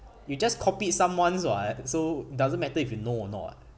you just copied someone's [what] so doesn't matter if you know or not